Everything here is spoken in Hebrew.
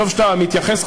טוב שאתה מתייחס,